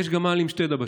יש גמל עם שתי דבשות,